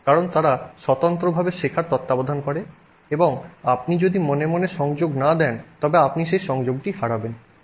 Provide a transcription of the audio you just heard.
কারণ তারা স্বতন্ত্রভাবে শেখার তত্ত্বাবধান করে এবং আপনি যদি মনে মনে সংযোগ না দেন তবে আপনি সেই সংযোগটি হারাবেন